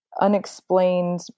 unexplained